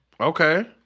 Okay